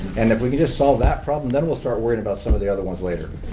and if we could just solve that problem, then we'll start worrying about some of the other ones later.